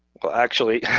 well actually,